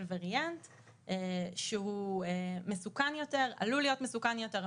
וריאנט שהוא עלול להיות מסוכן יותר,